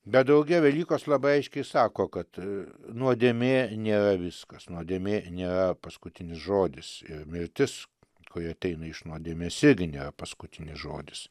bet drauge velykos labai aiškiai sako kad nuodėmė nėra viskas nuodėmė nėra paskutinis žodis ir mirtis kuri ateina iš nuodėmės irgi nėra paskutinis žodis